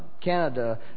Canada